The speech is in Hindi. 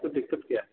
तो दिक्कत क्या है